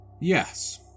Yes